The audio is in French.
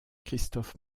christophe